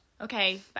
okay